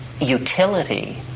utility